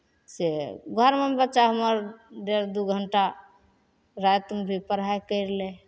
से घरमे बच्चा हमर डेढ़ दू घण्टा रातिमे भी पढ़ाइ करि लय